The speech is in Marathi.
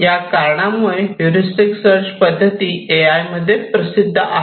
त्या कारणामुळे ह्युरिस्टिक सर्च पद्धती ए आय मध्ये प्रसिद्ध आहेत